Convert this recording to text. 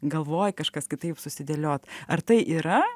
galvoj kažkas kitaip susidėliot ar tai yra